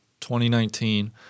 2019